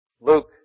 Luke